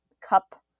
cup